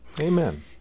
Amen